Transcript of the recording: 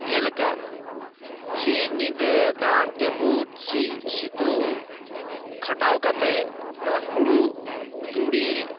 ᱡᱮᱞᱮᱠᱟ ᱥᱤᱧ ᱧᱤᱫᱟᱹ ᱫᱟᱜ ᱡᱟᱹᱯᱩᱫ ᱥᱤᱛᱩᱝ ᱠᱷᱟᱴᱟᱣ ᱠᱟᱛᱮ ᱡᱮᱢᱚᱱ ᱦᱳᱲᱳ ᱛᱩᱲᱤ